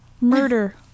murder